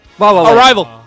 Arrival